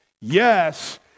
Yes